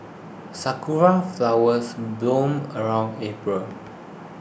sakura flowers bloom around April